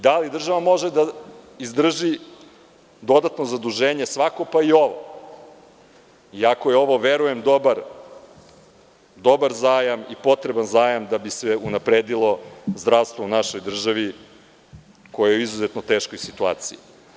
Da li država može da izdrži dodatno zaduženje svako, pa i ovo, iako je ovo, verujem, dobar zajam i potreban zajam da bi se unapredilo zdravstvo u našoj državi, koje je u izuzetno teškoj situaciji?